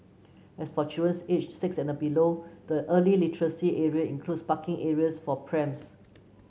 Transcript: as for children's aged six and below the early literacy area includes parking areas for prams